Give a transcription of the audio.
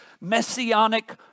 messianic